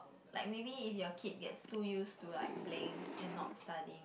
like maybe if your kid gets too used to like playing and not studying